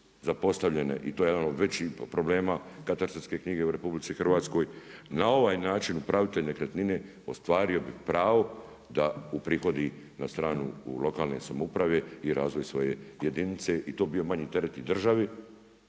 zapostavljene. I to je jedan od većih problema katastarske knjige u Republici Hrvatskoj. Na ovaj način upravitelj nekretnine ostvario bi pravo da uprihodi na stranu u lokalnoj samoupravi i razvoj svoje jedinice i to bi bio manji teret i državi